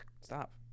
Stop